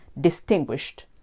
distinguished